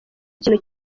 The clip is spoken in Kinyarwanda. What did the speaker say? ikintu